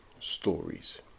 stories